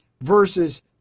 versus